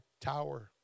tower